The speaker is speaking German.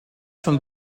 von